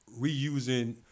reusing